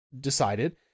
decided